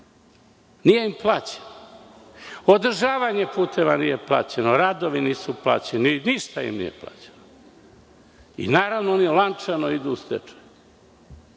Nije im plaćeno. Održavanje puteva nije plaćeno. Radovi nisu plaćeni. Ništa im nije plaćeno. Naravno, oni lančano idu u stečaj.